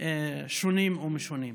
שונים ומשונים.